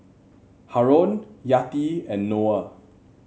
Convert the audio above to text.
Haron Yati and Noah